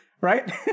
Right